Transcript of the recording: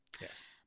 Yes